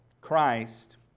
Christ